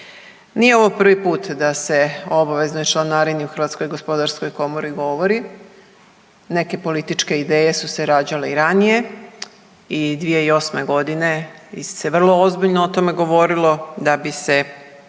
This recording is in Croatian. Nije ovo prvi put da se o obaveznoj članarini u Hrvatskoj gospodarskoj komori govori. Neke političke ideje su se rađale i ranije i 2008. godine se vrlo ozbiljno o tome govorilo da bi se,